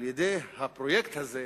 על-ידי הפרויקט הזה,